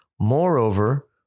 Moreover